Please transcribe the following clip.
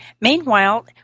Meanwhile